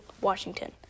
Washington